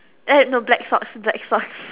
eh no black socks black socks